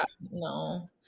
no